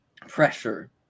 pressure